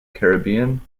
caribbean